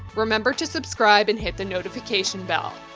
remember to subscribe and hit the notification bell.